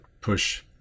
push